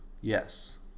Yes